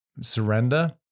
surrender